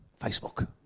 Facebook